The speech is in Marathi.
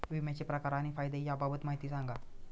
विम्याचे प्रकार आणि फायदे याबाबत माहिती सांगा